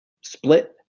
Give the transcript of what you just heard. split